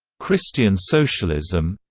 christian socialism